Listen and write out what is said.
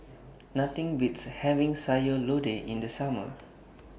Nothing Beats having Sayur Lodeh in The Summer